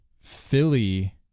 Philly